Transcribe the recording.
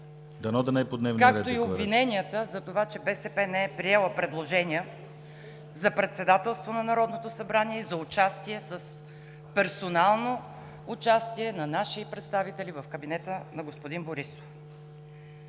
…както и обвиненията за това, че БСП не е приела предложения за председателство на Народното събрание за участие с персонално участие на наши представители в кабинета на господин Борисов.